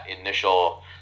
initial